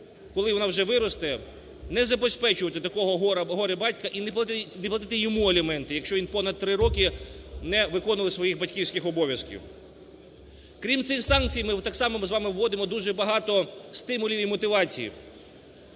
коли вона вже виросте, не забезпечувати такого горя-батька і не платити йому аліменти, якщо він понад три роки не виконував своїх батьківських обов'язків. Крім цих санкцій ми так само з вами вводимо дуже багато стимулів і мотивацій.